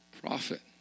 prophet